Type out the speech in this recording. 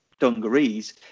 dungarees